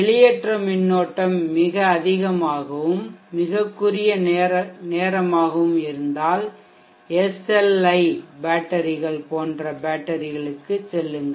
வெளியேற்ற மின்னோட்டம் மிக அதிகமாகவும் மிகக் குறுகிய நேரமாகவும் இருந்தால் SLI பேட்டரிகள் போன்ற பேட்டரிகளுக்குச் செல்லுங்கள்